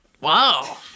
Wow